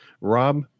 Rob